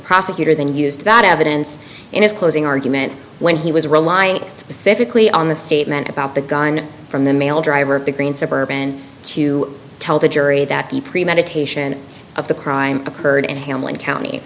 prosecutor then used that evidence in his closing argument when he was relying specifically on the statement about the gun from the male driver of the green suburban to tell the jury that the premeditation of the crime occurred in hamilton county